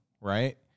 right